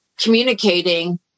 communicating